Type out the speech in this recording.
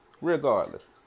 regardless